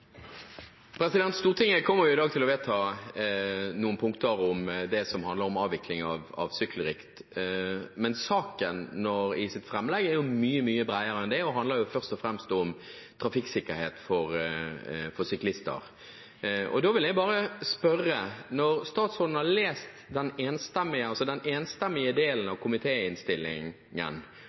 som handler om avvikling av sykkelritt. Men saken er mye, mye bredere enn det og handler først og fremst om trafikksikkerhet for syklister. Da vil jeg bare spørre: Når statsråden har lest den enstemmige